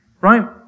right